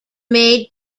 made